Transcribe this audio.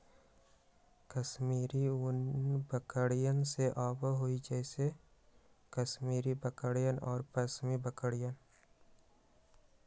कश्मीरी ऊन बकरियन से आवा हई जैसे कश्मीरी बकरियन और पश्मीना बकरियन